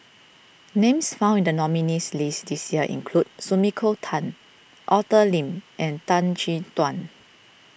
names found in the nominees' list this year include Sumiko Tan Arthur Lim and Tan Chin Tuan